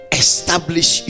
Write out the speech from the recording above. establish